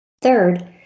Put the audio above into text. Third